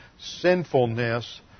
sinfulness